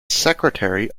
secretary